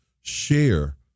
share